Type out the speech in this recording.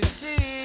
see